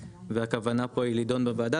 והכוונה פה לידון בוועדה,